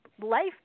life